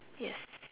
yes